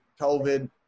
covid